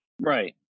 Right